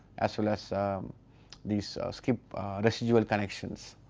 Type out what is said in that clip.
as well as the so skip residual connection.